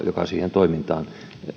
joka siihen toimintaan